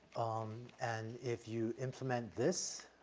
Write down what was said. um, and if you implement this,